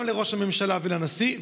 וגם לראש הממשלה והנשיא,